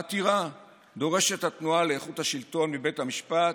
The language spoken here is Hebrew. בעתירה דורשת התנועה לאיכות השלטון מבית המשפט: